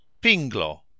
pinglo